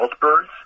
birds